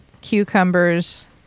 Cucumbers